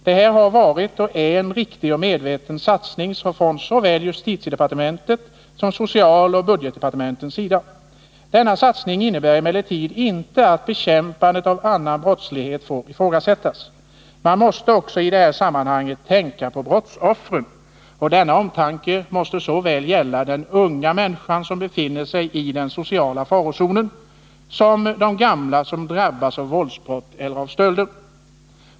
Detta har varit och är en riktig och medveten satsning från såväl justitiedepartementets som socialoch budgetdepartementens sida. Denna satsning innebär emellertid inte att bekämpandet av annan brottslighet får ifrågasättas. Man måste i detta sammanhang också tänka på brottsoffren, och denna omtanke måste gälla såväl den unga människan som befinner sig i den sociala farozonen som de gamla som drabbas av våldsbrott eller stölder.